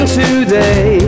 today